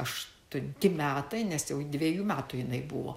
aštunti metai nes jau dvejų metų jinai buvo